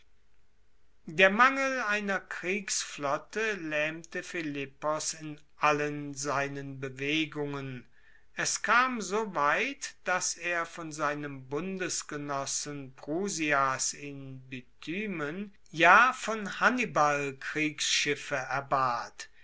der mangel einer kriegsflotte laehmte philippos in allen seinen bewegungen es kam so weit dass er von seinem bundesgenossen prusias in bithymen ja von hannibal kriegsschiffe erbat